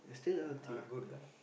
ah good lah